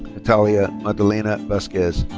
natalia maudalena vazquez.